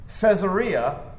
Caesarea